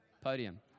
Podium